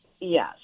Yes